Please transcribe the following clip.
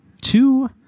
two